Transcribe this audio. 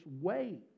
wait